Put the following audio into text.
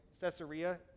Caesarea